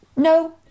No